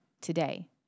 today